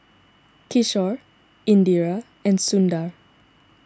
Kishore Indira and Sundar